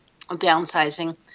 downsizing